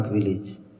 Village